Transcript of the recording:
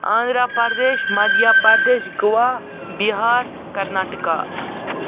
آنٛدرا پردیش مدھیا پردیش گوا بِہار کرناٹہٕ کا